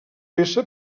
peça